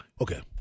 Okay